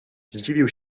zdziwił